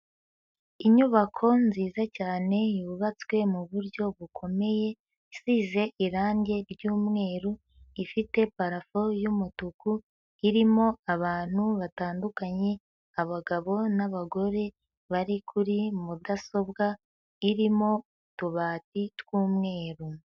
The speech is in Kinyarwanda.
Inyubako nziza cyane yubatswe mu buryo bukomeye, isize irange ry'umweru, ifite parafo y'umutuku irimo abantu batandukanye abagabo n'abagore bari kuri mudasobwa irimo utubati tw'umweru.